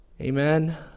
Amen